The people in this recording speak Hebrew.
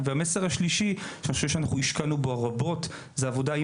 ג׳ - נושא העבודה עם